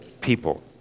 people